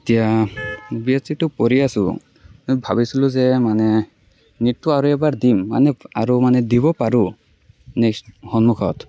এতিয়া B S চিটো পঢ়ি আছোঁ ভাবিছিলোঁ যে মানে নিটটো আৰু এবাৰ দিম আৰু মানে দিব পাৰো নেক্সট সন্মুখত